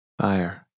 Fire